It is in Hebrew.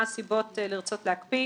מה הסיבות לרצות להקפיא.